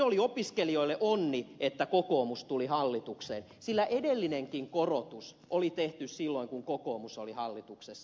oli opiskelijoille onni että kokoomus tuli hallitukseen sillä edellinenkin korotus oli tehty silloin kun kokoomus oli hallituksessa